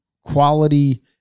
quality